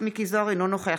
אינו נוכח קארין אלהרר,